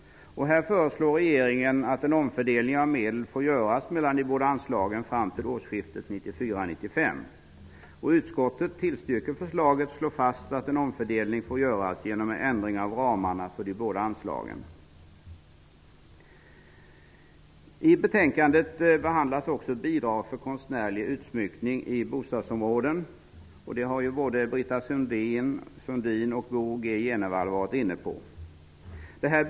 Regeringen föreslår att en omfördelning av medel får göras mellan de båda anslagen fram till årsskiftet 1994/95. Utskottet tillstyrker förslaget och slår fast att en omfördelning får göras genom en ändring av ramarna för de båda anslagen. I betänkandet behandlas också bidrag för konstnärlig utsmyckning i bostadsområden. Både Britta Sundin och Bo G Jenevall har varit inne på den frågan.